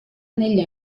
negli